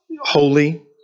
holy